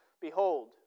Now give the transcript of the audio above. Behold